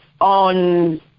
on